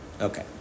Okay